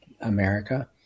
America